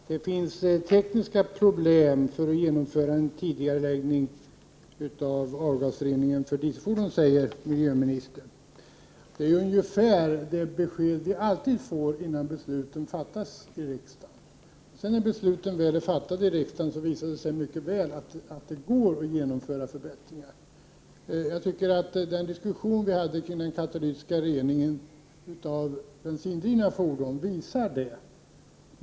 Fru talman! Det finns tekniska problem för genomförande av en tidigareläggning av avgasrening för dieselfordon, säger miljöministern. Det är ungefär det besked som vi alltid får, innan besluten fattas i riksdagen. Sedan när besluten väl är fattade, visar det sig att det mycket väl går att genomföra förbättringar. Jag tycker att den diskussion som vi hade om den katalytiska Prot. 1988/89:118 reningen av bensindrivna fordon visar detta.